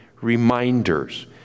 reminders